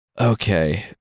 Okay